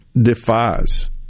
defies